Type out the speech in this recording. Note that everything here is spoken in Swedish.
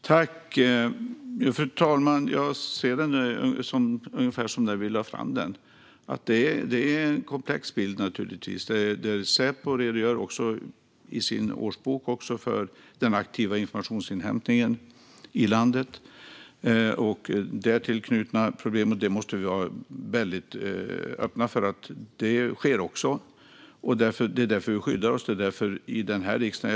Fru talman! Jag ser på den på ungefär samma sätt som när vi lade fram den. Det är naturligtvis en komplex bild. Säpo redogör också i sin årsbok för den aktiva informationsinhämtningen i landet och därtill knutna problem. Vi måste vara väldigt öppna för att detta sker. Det är därför som vi skyddar oss i den här riksdagen.